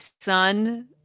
son